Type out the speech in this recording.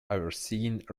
overseeing